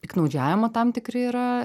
piktnaudžiavimo tam tikri yra